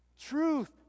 Truth